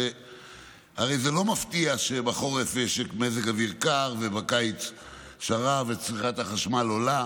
הרי זה לא מפתיע שבחורף יש מזג אוויר קר ובקיץ שרב וצריכת החשמל עולה.